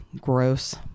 gross